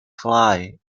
fly